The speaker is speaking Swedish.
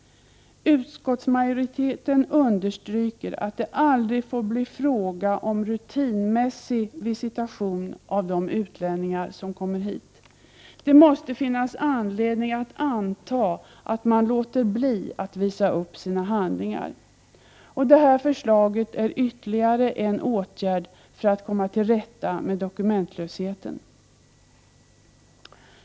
Utskottsmajoriteten understryker att det aldrig får bli fråga om rutinmässig visitation av utlänningar som kommer hit. Det måste finnas anledning att anta att man låter bli att visa upp sina handlingar. Förslaget är ytterligare en åtgärd för att komma till rätta med dokumentlösheten.